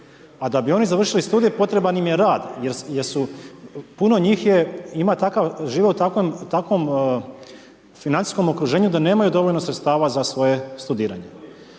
A da bi oni završili studij, potreban im je rad jer su, puno njih je, ima takav život, takvom financijskom okruženju da nemaju dovoljno sredstava za svoje studiranje.